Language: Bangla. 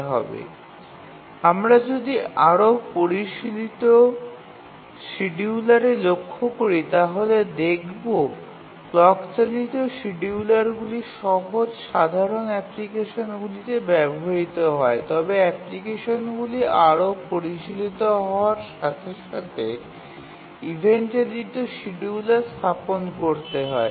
Refer Slide Time 1523 আমরা যদি আরও পরিশীলিত শিডিয়ুলারে লক্ষ্য করি তাহলে দেখবো ক্লক চালিত শিডিয়ুলারগুলি সহজ সাধারণ অ্যাপ্লিকেশনগুলিতে ব্যবহৃত হয় তবে অ্যাপ্লিকেশনগুলি আরও পরিশীলিত হওয়ার সাথে সাথে ইভেন্ট চালিত শিডিয়ুলার স্থাপন করতে হয়